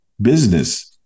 business